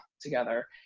together